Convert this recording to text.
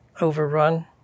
overrun